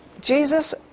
Jesus